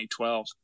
2012